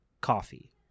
coffee